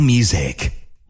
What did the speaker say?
Music